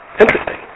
Interesting